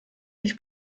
ich